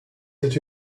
did